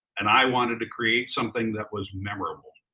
and i wanted to create something that was memorable.